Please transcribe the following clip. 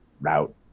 route